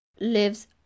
lives